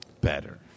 better